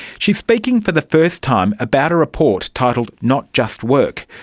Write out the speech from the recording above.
she's speaking for the first time about a report titled not just work,